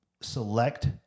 select